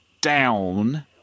down